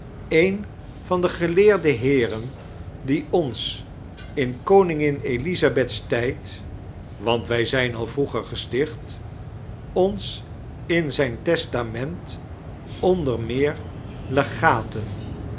een van de gieleerde heeren die ons in komimgin elizabeth's tijd want wij zijn al vroeger gesticht ons in zijn testament oaider meer legaten